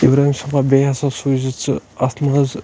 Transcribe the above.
اِبراہیٖم صٲبا بیٚیہِ ہَسا سوٗزِ ژٕ اَتھ منٛز